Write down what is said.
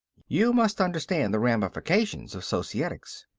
you must understand the ramifications of societics.